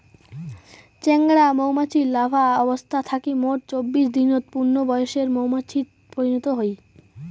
চেংরা মৌমাছি লার্ভা অবস্থা থাকি মোট চব্বিশ দিনত পূর্ণবয়সের মৌমাছিত পরিণত হই